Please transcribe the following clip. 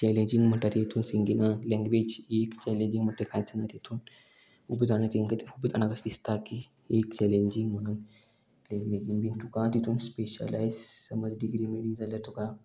challenging म्हणटा ती तुका सिंगिंगा लँग्वेज ही एक चॅलेंजींग म्हणटा कांयच ना तितून खूब जाणा तेंकां खूब जाणां अशें दिसता की एक चॅलेंजींग म्हणून लँग्वेजींग बीन तुका तितून स्पेशलायज समज डिग्री मेळ्ळी जाल्यार तुका